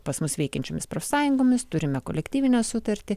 pas mus veikiančiomis profsąjungomis turime kolektyvinę sutartį